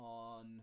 on